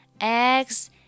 eggs